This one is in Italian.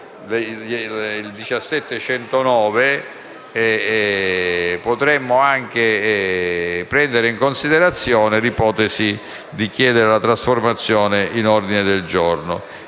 17.109, potremmo anche prendere in considerazione l’ipotesi di trasformarlo in ordine del giorno.